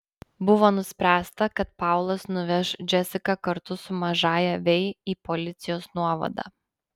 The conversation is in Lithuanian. buvo nuspręsta kad paulas nuveš džesiką kartu su mažąja vei į policijos nuovadą